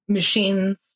machines